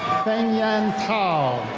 feng yan tao.